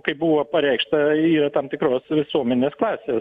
kaip buvo pareikšta yra tam tikros visuomenės klasė